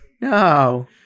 No